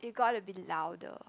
you gotta be louder